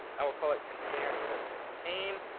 i will call it container instead of contain.